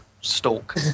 Stalk